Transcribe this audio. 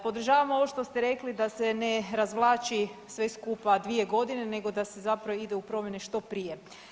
Podržavam ovo što ste rekli, da se ne razvlači sve skupa 2 godine nego da se zapravo ide u promjene što prije.